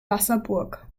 wasserburg